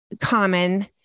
common